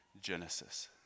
Genesis